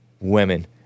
Women